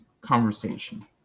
conversation